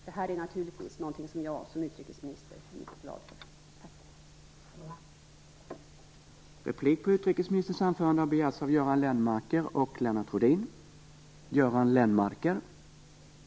Det är naturligtvis någonting som jag som utrikesminister är mycket glad för.